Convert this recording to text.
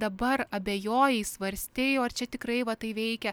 dabar abejojai svarstei o ar čia tikrai va tai veikia